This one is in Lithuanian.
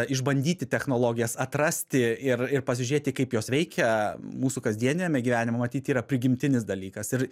išbandyti technologijas atrasti ir ir pasižiūrėti kaip jos veikia mūsų kasdieniame gyvenime matyt yra prigimtinis dalykas ir